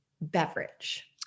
beverage